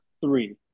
three